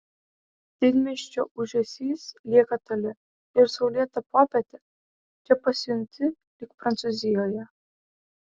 didmiesčio ūžesys lieka toli ir saulėtą popietę čia pasijunti lyg prancūzijoje